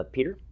Peter